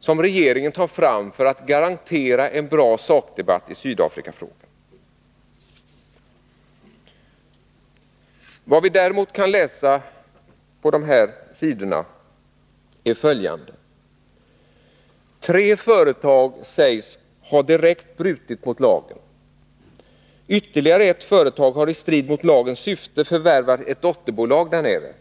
som regeringen tar fram för att garantera en bra sakdebatt i Sydafrikafrågan. > Vad vi däremot kan läsa på de här sidorna är följande: Tre företag sägs ha direkt brutit mot lagen. Ytterligare ett företag har i strid mot lagens syfte förvärvat ett dotterbolag där nere.